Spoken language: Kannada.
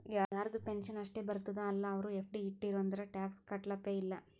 ಯಾರದು ಪೆನ್ಷನ್ ಅಷ್ಟೇ ಬರ್ತುದ ಅಲ್ಲಾ ಅವ್ರು ಎಫ್.ಡಿ ಇಟ್ಟಿರು ಅಂದುರ್ ಟ್ಯಾಕ್ಸ್ ಕಟ್ಟಪ್ಲೆ ಇಲ್ಲ